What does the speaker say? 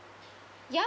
ya